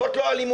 זאת לא אלימות.